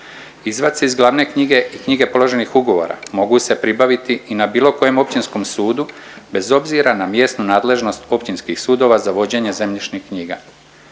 Izvaci iz glavne knjige i knjige položenih ugovora mogu se pribaviti i na bilo kojem općinskom sudu bez obzira na mjesnu nadležnost općinskih sudova za vođenje zemljišnih knjiga.